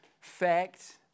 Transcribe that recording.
fact